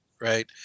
right